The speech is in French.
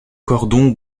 cordon